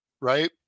right